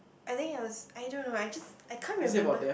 I think it was I don't know I just I can't remember